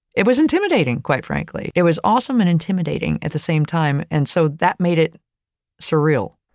it was intimidating, quite frankly, it was awesome and intimidating at the same time. and so that made it surreal.